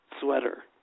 sweater